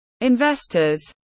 Investors